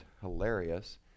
hilarious